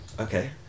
okay